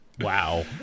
Wow